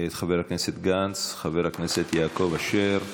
את חבר הכנסת גנץ חבר הכנסת יעקב אשר.